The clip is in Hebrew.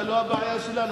אתה לא הבעיה שלנו,